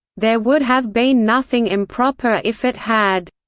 there would have been nothing improper if it had.